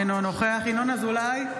אינו נוכח ינון אזולאי,